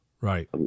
Right